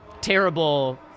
terrible